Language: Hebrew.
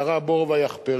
כרה בור ויחפרהו.